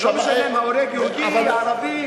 לא משנה אם ההורג יהודי או ערבי.